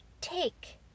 Take